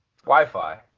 Wi-Fi